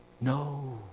No